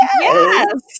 Yes